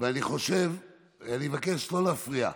אני מבקש לא להפריע.